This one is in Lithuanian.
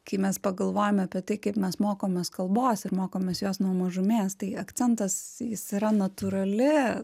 kai mes pagalvojame apie tai kaip mes mokomės kalbos ir mokomės jos nuo mažumės tai akcentas jis yra natūrali